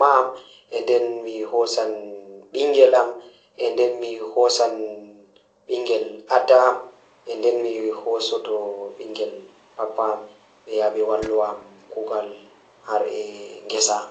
Mars, mi ndari ɓe ɓiɗɗoowo nannde Doktor ngam waɗa e junuubu am. Injiniyoo, ngam waɗde cokkii kolonɗe e bonngu. Yanɗo ngoraaji leydi, ngam waɗde heɓde jaɓugol duddiraaji mars. Wuttaajo haalaaji, ngam waɗde ngoornde e waɗtaare ngujjaru ngal. Ñaawo ndiyam, ngam waɗde jaarude ndiyam e kolonɗe ngal.